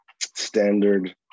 standard